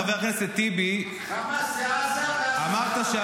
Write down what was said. חבר הכנסת טיבי --- חמאס זה עזה ועזה זה חמאס.